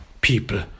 people